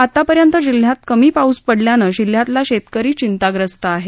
आतापर्यंत जिल्ह्यात कमी पाऊस पडल्यानं जिल्ह्यातला शेतकरी चिंताग्रस्त आहे